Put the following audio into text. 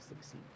succeed